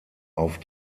auf